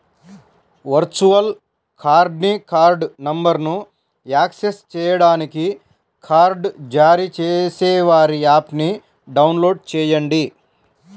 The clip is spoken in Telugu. వర్చువల్ కార్డ్ని కార్డ్ నంబర్ను యాక్సెస్ చేయడానికి కార్డ్ జారీ చేసేవారి యాప్ని డౌన్లోడ్ చేయండి